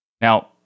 now